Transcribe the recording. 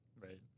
Right